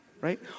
right